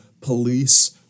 police